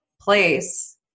place